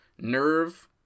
Nerve